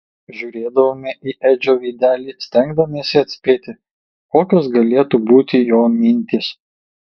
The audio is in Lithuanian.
žiūrėdavome į edžio veidelį stengdamiesi atspėti kokios galėtų būti jo mintys